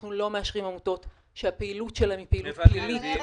אנחנו לא מאשרים עמותות שהפעילות שלהן היא פעילות פלילית.